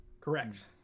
Correct